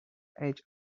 edge